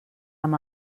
amb